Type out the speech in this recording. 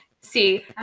See